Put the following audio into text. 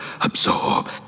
absorb